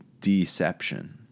deception